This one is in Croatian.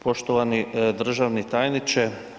Poštovani državni tajniče.